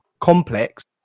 complex